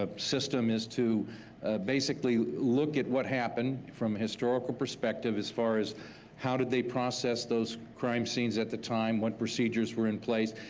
ah system is to basically look at what happened from a historical perspective as far as how did they process those crime scenes at the time, what procedures were in place,